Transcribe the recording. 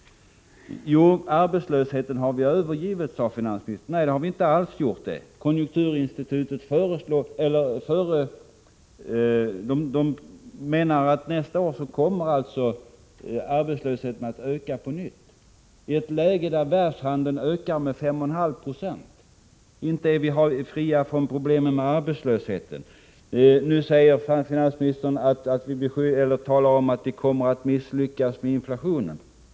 Finansministern sade att vi har upphört att fästa avseende vid arbetslösheten. Nej, det har vi inte alls gjort. Enligt konjunkturinstitutet kommer arbetslösheten på nytt att öka nästa år — alltså i ett läge där världshandeln ökar med 5,5 96. Vi är således inte fria från problemen med arbetslösheten. Nu talar finansministern vidare om att man kommer att misslyckas med inflationen.